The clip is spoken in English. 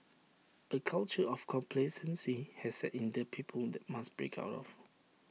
A culture of complacency has set in that people that must break out of